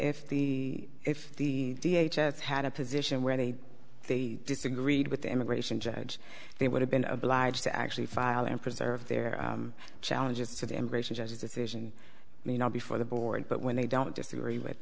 if the if the da has had a position where they they disagreed with the immigration judge they would have been obliged to actually file and preserve their challenges to the immigration judge's decision may not be for the board but when they don't disagree with